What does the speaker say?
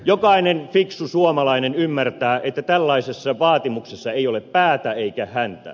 jokainen fiksu suomalainen ymmärtää että tällaisessa vaatimuksessa ei ole päätä eikä häntää